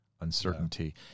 uncertainty